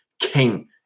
King